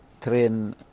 train